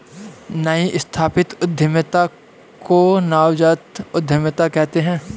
नई स्थापित उद्यमिता को नवजात उद्दमिता कहते हैं